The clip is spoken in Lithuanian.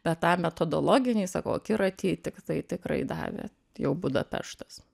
bet a metodologiniai sakau akiratį tiktai tikrai davė tai jau budapeštas